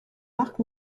marc